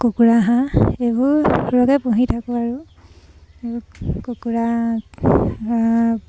কুকুৰা হাঁহ এইবোৰকে পুহি থাকোঁ আৰু কুকুৰা